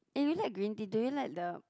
eh really like green tea do you like the